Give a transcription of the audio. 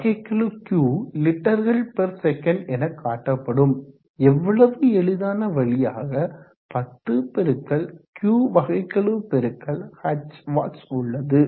வகைக்கெழு Q லிட்டர்கள் per second எனக்காட்டப்படும் எவ்வளவு எளிதான வழியாக 10 பெருக்கல் Qவகைக்கெழு பெருக்கல் h வாட்ஸ் உள்ளது